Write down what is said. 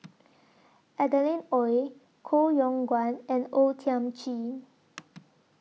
Adeline Ooi Koh Yong Guan and O Thiam Chin